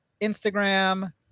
Instagram